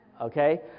Okay